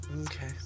Okay